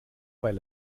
weil